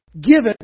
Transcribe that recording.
given